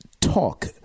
talk